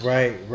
Right